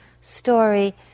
story